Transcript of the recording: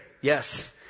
Yes